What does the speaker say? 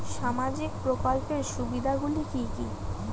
সামাজিক প্রকল্পের সুবিধাগুলি কি কি?